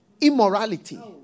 immorality